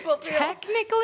Technically